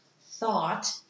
thought